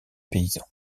paysans